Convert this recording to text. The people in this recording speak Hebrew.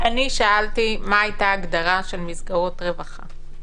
אני שאלתי מה הייתה ההגדרה של מסגרות רווחה.